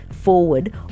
forward